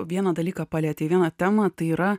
vieną dalyką palietei vieną temą tai yra